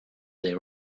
they